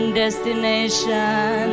destination